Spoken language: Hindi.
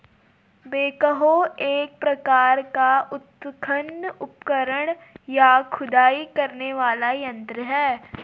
बेकहो एक प्रकार का उत्खनन उपकरण, या खुदाई करने वाला यंत्र है